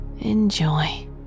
enjoy